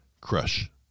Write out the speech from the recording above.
crush